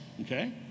okay